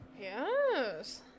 Yes